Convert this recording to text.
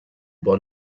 bon